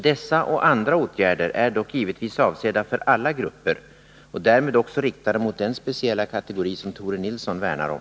Dessa och andra åtgärder är dock givetvis avsedda för alla grupper och därmed också riktade mot den speciella kategori som Tore Nilsson värnar om.